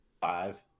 five